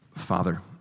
Father